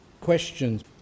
questions